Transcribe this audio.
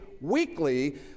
weekly